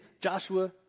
Joshua